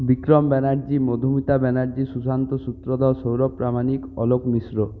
Vikram Banerjee Madhumita Banerjee Sushanta Sutradhar Sourav Pramanik Alok Mishra